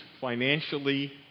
financially